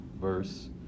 verse